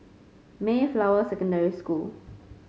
Mayflower Secondary School